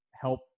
help